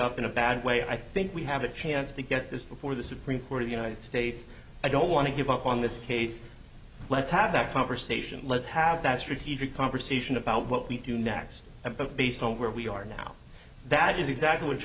up in a bad way i think we have a chance to get this before the supreme court of the united states i don't want to give up on this case let's have that conversation let's have that strategic conversation about what we do next based on where we are now that is exactly what